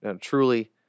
truly